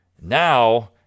now